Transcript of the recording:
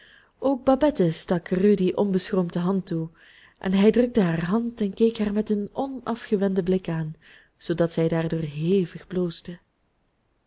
ook babette stak rudy onbeschroomd de hand toe en hij drukte haar hand en keek haar met een onafgewenden blik aan zoodat zij daardoor hevig